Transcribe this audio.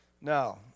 Now